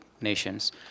nations